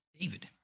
David